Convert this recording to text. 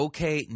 Okay